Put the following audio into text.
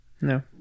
No